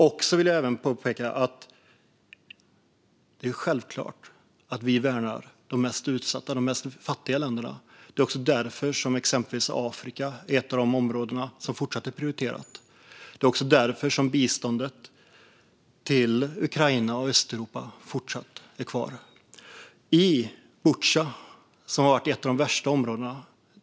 Jag vill även påpeka att det är självklart att vi värnar de mest utsatta och de fattigaste länderna. Det är därför exempelvis Afrika hör till de områden som fortsatt är prioriterade. Det är också därför biståndet till Ukraina och Östeuropa fortsatt är kvar. Butja har varit ett av de värsta områdena.